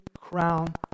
crown